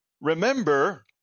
remember